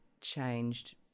changed